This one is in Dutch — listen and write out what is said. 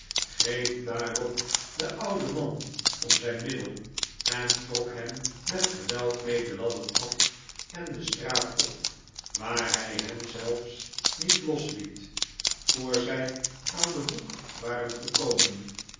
greep daarop den ouden man om zijn'middel en trok hem met geweld mee de ladder af en de straat op waar hij hem zelfs niet losliet voor zij aan den hoek waren gekomen